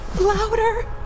Louder